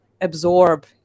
absorb